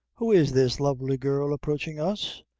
who is this lovely girl approaching us?